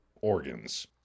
organs